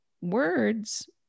words